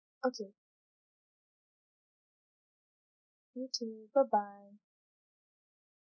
okay you too bye bye